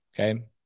Okay